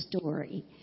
story